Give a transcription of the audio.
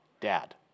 Dad